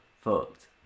fucked